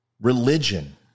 Religion